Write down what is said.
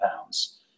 pounds